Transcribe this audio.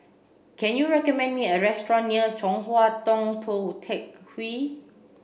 can you recommend me a restaurant near Chong Hua Tong Tou Teck Hwee